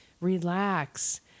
Relax